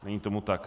Není tomu tak.